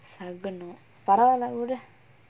பரவால உடு:paravaala udu